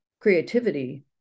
creativity